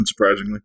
unsurprisingly